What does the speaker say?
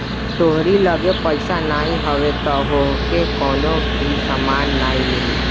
तोहरी लगे पईसा नाइ हवे तअ तोहके कवनो भी सामान नाइ मिली